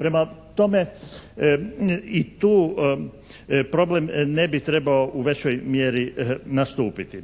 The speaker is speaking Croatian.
Prema tome, i tu problem ne bi trebao u većoj mjeri nastupiti.